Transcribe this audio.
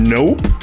Nope